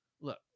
look